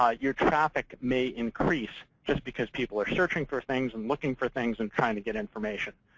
ah your traffic may increase just because people are searching for things and looking for things and trying to get information.